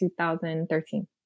2013